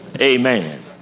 Amen